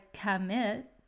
commit